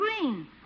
green